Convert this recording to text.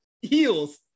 Heels